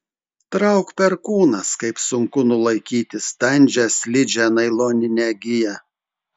trauk perkūnas kaip sunku nulaikyti standžią slidžią nailoninę giją